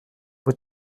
vous